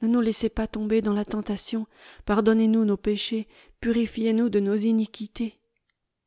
ne nous laissez pas tomber dans la tentation pardonnez nous nos péchés purifiez nous de nos iniquités